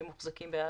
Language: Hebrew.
שמוחזקים בעזה,